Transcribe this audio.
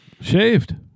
Shaved